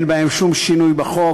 אין בהם שום שינוי בחוק.